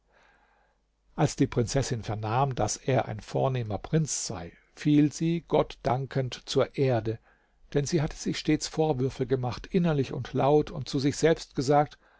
als die prinzessin vernahm daß er ein vornehmer prinz sei fiel sie gott dankend zur erde denn sie hatte sich stets vorwürfe gemacht innerlich und laut und zu sich selbst gesagt